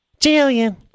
Jillian